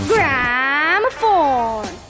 Gramophone